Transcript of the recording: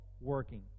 working